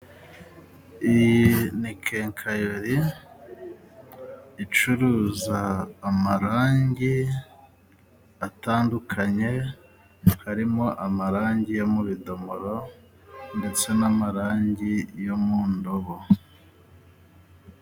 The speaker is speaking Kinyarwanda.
Iyi nikekayori icuruza amarangi atandukanye harimo amarangi yo mubidomoro ndetse n'amarangi yo mu ndobo.